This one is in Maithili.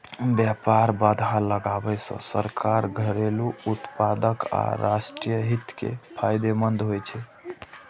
व्यापार बाधा लगाबै सं सरकार, घरेलू उत्पादक आ राष्ट्रीय हित कें फायदा होइ छै